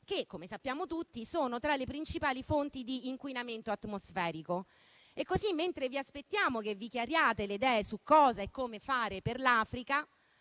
che - come sappiamo tutti - sono tra le principali fonti di inquinamento atmosferico. E così, mentre aspettiamo che vi chiariate le idee su cosa fare per l'Africa